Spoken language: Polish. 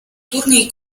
turniej